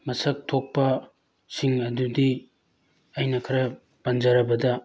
ꯃꯁꯛ ꯊꯣꯛꯄꯁꯤꯡ ꯑꯗꯨꯗꯤ ꯑꯩꯅ ꯈꯔ ꯄꯟꯖꯔꯕꯗ